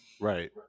right